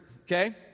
okay